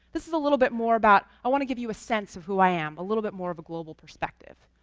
this is a little more about, i want to give you a sense of who i am, a little bit more of a global perspective.